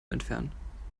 entfernen